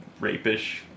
rapish